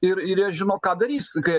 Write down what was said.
ir ir jie žino ką darys kai